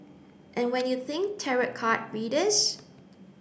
and when you think tarot card readers